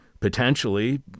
Potentially